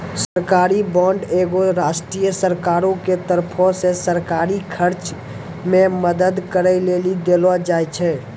सरकारी बांड एगो राष्ट्रीय सरकारो के तरफो से सरकारी खर्च मे मदद करै लेली देलो जाय छै